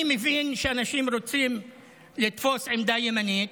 אני מבין שאנשים רוצים לתפוס עמדה ימנית,